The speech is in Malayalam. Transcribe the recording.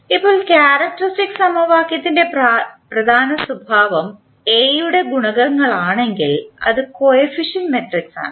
ഇപ്പോൾ ക്യാരക്ക്റ്ററിസ്റ്റിക് സമവാക്യത്തിൻറെ പ്രധാന സ്വഭാവം എ യുടെ ഗുണകങ്ങളാണെങ്കിൽ അത് കോയഫിഷ്യന്റ് മട്രിക്സ് ആണ്